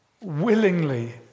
willingly